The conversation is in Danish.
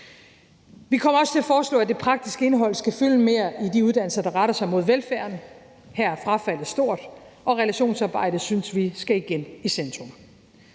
Vi kommer også til at foreslå, at det praktiske indhold skal fylde mere i de uddannelser, der retter sig mod velfærden. Her er frafaldet stort, og relationsarbejdet synes vi igen skal i centrum.